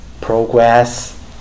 progress